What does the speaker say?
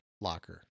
locker